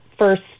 First